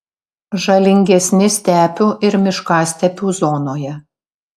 žalingesni stepių ir miškastepių zonoje